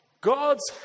God's